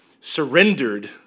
surrendered